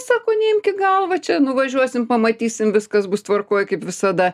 sako neimk į galvą čia nuvažiuosim pamatysim viskas bus tvarkoj kaip visada